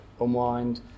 unwind